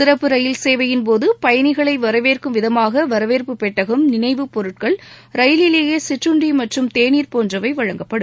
சிறப்பு ரயில் சேவையின்போது பயணிகளை வரவேற்கும் விதமாக வரவேற்பு பெட்டகம் நினைவு பொருட்கள் ரயிலிலேயே சிற்றுண்டி மற்றும் தேநீர் போன்றவை வழங்கப்படும்